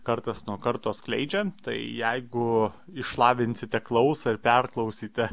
kartas nuo karto skleidžia tai jeigu išlavinsite klausą ir perklausyte